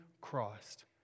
Christ